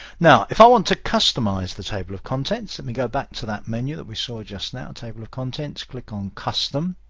now if i want to customize the table of contents, let me go back to that menu that we saw just now, table of contents, click on custom.